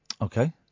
Okay